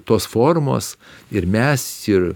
tos formos ir mes ir